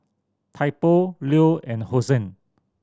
Typo Leo and Hosen